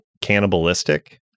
cannibalistic